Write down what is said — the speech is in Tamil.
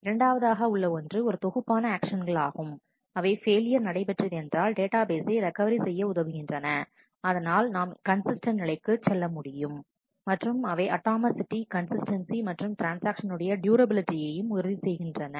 இரண்டாவதாக உள்ள ஒன்று ஒரு தொகுப்பான ஆக்சன் கள் ஆகும் அவை ஃபெயிலியர் நடைபெற்றது என்றால் டேட்டா பேசை ரெக்கவரி செய்ய உதவுகின்றன அதனால் நாம் கன்சிஸ்டன்ட் நிலைக்கு செல்ல முடியும் மற்றும் அவை அட்டமாசிட்டி கன்சிஸ்டன்ஸி மற்றும் ட்ரான்ஸ்ஆக்ஷன் உடைய டுயூரபிலிடியையும் உறுதி செய்கின்றன